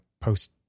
post